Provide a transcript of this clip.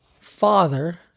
father